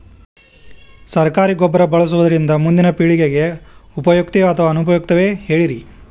ಸರಕಾರಿ ಗೊಬ್ಬರ ಬಳಸುವುದರಿಂದ ಮುಂದಿನ ಪೇಳಿಗೆಗೆ ಉಪಯುಕ್ತವೇ ಅಥವಾ ಅನುಪಯುಕ್ತವೇ ಹೇಳಿರಿ